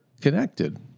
connected